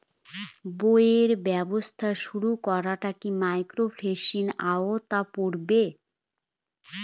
বইয়ের ব্যবসা শুরু করাটা কি মাইক্রোফিন্যান্সের আওতায় পড়বে?